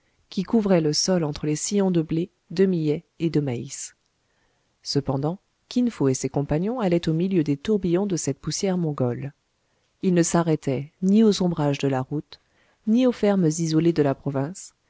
qui couvraient le sol entre les sillons de blé de millet et de maïs cependant kin fo et ses compagnons allaient au milieu des tourbillons de cette poussière mongole ils ne s'arrêtaient ni aux ombrages de la route ni aux fermes isolées de la province